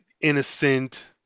innocent